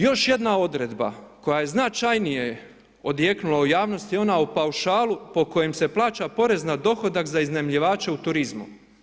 Još jedna Odredba, koja je značajnije odjeknula u javnosti je ona o paušalu po kojem se plaća porez na dohodak za iznajmljivače u turizmu.